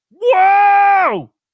Whoa